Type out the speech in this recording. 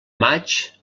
maig